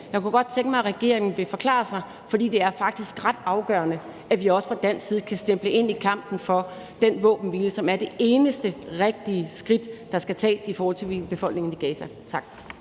Jeg kunne godt tænke mig, at regeringen ville forklare sig, for det er faktisk ret afgørende, at vi også fra dansk side kan stemple ind i kampen for den våbenhvile, som er det eneste rigtige skridt at tage i forhold til civilbefolkningen i Gaza. Tak.